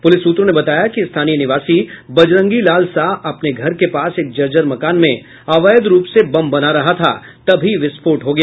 police सूत्रों ने बताया कि स्थानीय निवासी बजरंगी लाल साह अपने घर के पास एक जर्जर मकान में अवैध रुप से बम बना रहा था तभी विस्फोट हो गया